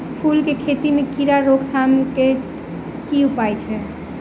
फूल केँ खेती मे कीड़ा रोकथाम केँ की उपाय छै?